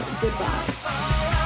goodbye